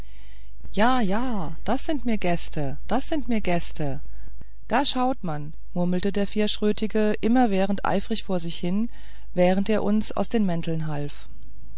jä jä das sin mir gästäh das sin mir gästäh da schaut man murmelte der vierschrötige immerwährend eifrig vor sich hin während er uns aus den mänteln half